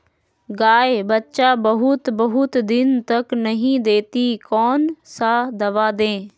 गाय बच्चा बहुत बहुत दिन तक नहीं देती कौन सा दवा दे?